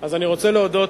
אז אני רוצה להודות.